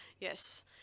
Yes